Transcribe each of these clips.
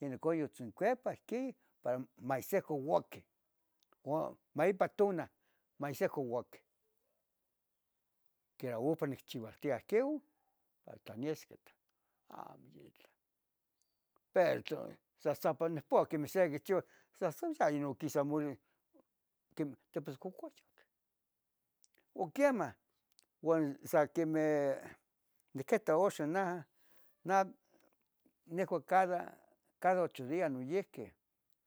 inon quiyotzencopa ihquin para maihsihca uaqui, uan maipa tuna, maihsihcauaqui, quiera upa niccheualtia ihqueu para tlanesqui, amo yitla. Pero tla san pani pu queh sequichiuas san, sal noquisa mule quemeh teposcucuhyac, o quemah uan sa quemeh nequeta oxo najah, nah nahua cada, cada ocho dias noyihqui,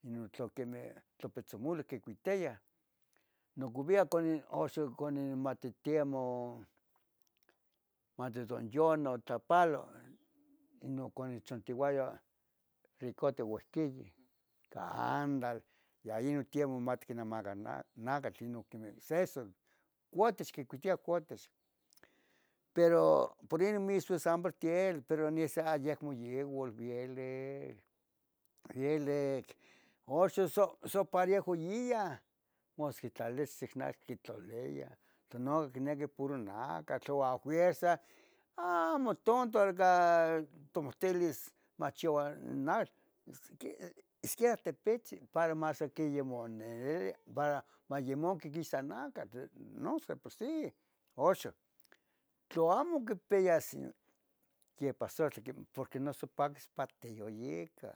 inon quemejh tlopitzumule quicuetiah nocolvia oxo canin matitai mo mati do Jon otlapalo, inon conichontiuaya rico tiuehtiyi, candale ya inon tiomumati quinamacah nacatl, inon quemeh sesos, cuatix quicuitia, cuatix. Pero, inin mismo san Bartiel, pero nesis ayacmo yehua vielec, vielec, oxo so, so parehjo iya, mas quitlalilis sisic natl quitlaliyah, tlano quenequi puro nacatl o ahuerza, amo tonto tomitilis moxiuan atl, si, siquiera tepitzen para mas quiera moyamaninia para mayumunqui quisa nactal, non de por sì. Oxo tlo amo quipias yepasotl, porque nos pasotl patiyoh ica